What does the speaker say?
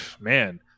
man